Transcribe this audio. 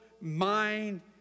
mind